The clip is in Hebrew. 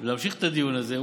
להמשיך את הדיון הזה,